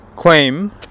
Claim